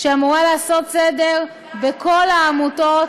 שאמורה לעשות סדר בכל העמותות.